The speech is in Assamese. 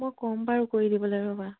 মই কম বাৰু কৰি দিবলৈ ৰ'বা